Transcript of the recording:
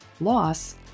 loss